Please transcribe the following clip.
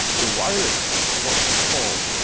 the virus, what we call,